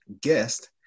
guest